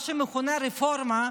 מה שמכונה "רפורמה",